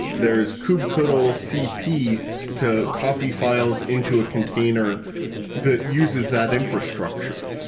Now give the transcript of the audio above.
there is kubctl cp to copy files into a container that uses that infrastructure.